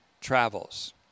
travels